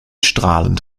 strahlend